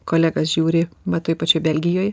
kolegas žiūri va toj pačioj belgijoj